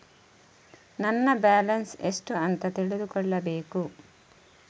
ನನ್ನ ಬ್ಯಾಲೆನ್ಸ್ ಎಷ್ಟು ಅಂತ ತಿಳಿದುಕೊಳ್ಳಬೇಕು?